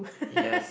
yes